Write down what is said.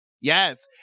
yes